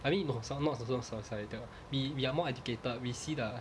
I mean no some not also societal we we are more educated we see the